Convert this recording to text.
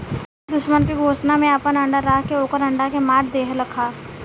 दुश्मन के घोसला में आपन अंडा राख के ओकर अंडा के मार देहलखा